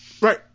Right